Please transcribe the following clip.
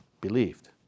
believed